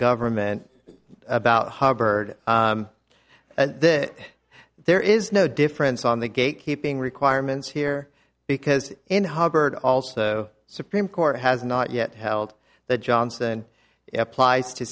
government about hubbard this there is no difference on the gate keeping requirements here because in hubbard also supreme court has not yet held that johnson it applies to